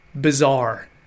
bizarre